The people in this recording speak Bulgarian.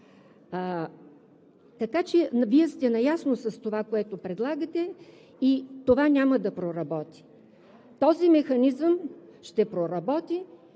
Така че Вие сте наясно с това, което предлагате, и няма да проработи. Този механизъм ще проработи